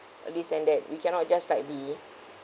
this and that we cannot just like be